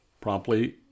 promptly